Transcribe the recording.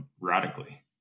radically